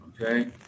okay